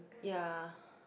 ya